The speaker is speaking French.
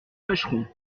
pêcheront